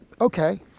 okay